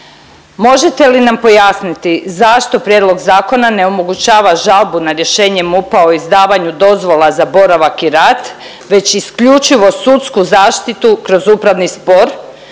Možete li nam pojasniti zašto prijedlog zakona ne omogućava žalbu na rješenje MUP-a o izdavanju dozvola za boravak i rad, već isključivo sudsku zaštitu kroz upravni spor